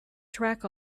track